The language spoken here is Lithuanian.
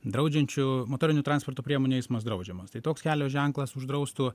draudžiančių motorinių transporto priemonių eismas draudžiamas tai toks kelio ženklas uždraustų